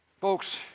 Folks